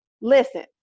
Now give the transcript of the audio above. Listen